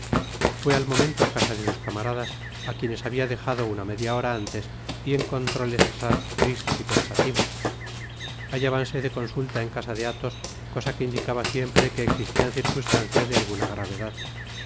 fuése al momento á casa de sus camaradas á quienes habia dejado una media hora antes y encontróles asaz tristes y pensativos hallábanse de consulta en casa de athos cosa que indicaba siempre que existian circunstancias de alguna gravedad